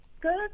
Good